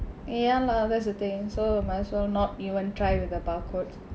eh ya lah that's the thing so might as well not even try with the barcode